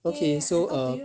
okay so err